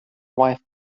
wife